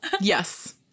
Yes